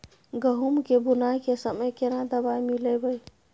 गहूम के बुनाई के समय केना दवाई मिलैबे?